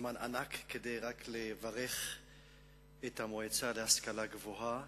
זמן ענק כדי לברך את המועצה להשכלה גבוהה